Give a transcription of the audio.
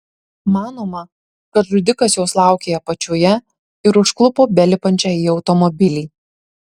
manoma kad žudikas jos laukė apačioje ir užklupo belipančią į automobilį